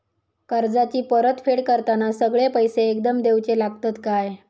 कर्जाची परत फेड करताना सगळे पैसे एकदम देवचे लागतत काय?